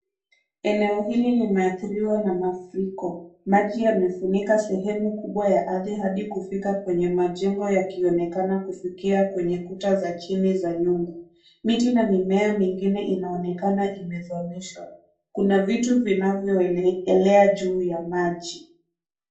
Eneo hili limeathiriwa na mafuriko, maji yamefunika sehemu kubwa ya ardhi hadi kufika kwenye majengo yakionekana kufikia kwenye kuta za chini za nyumba, miti na mimea mingine inaonekana imezamishwa, kuna vitu vinavyoelea juu ya maji.